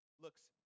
looks